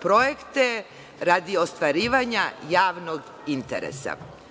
projekte radi ostvarivanja javnog interesa.